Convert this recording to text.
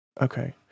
Okay